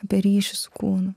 apie ryšį su kūnu